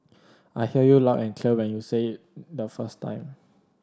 I heard you loud and clear when you said it the first time